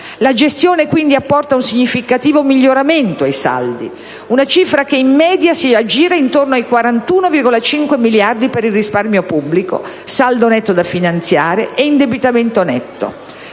La gestione, quindi, apporta un significativo miglioramento ai saldi: una cifra che, in media, si aggira intorno ai 41,5 miliardi per risparmio pubblico, saldo netto da finanziare e indebitamento netto.